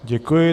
Děkuji.